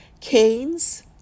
canes